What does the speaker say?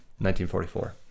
1944